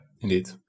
indeed